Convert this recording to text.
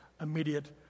immediate